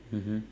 mmhmm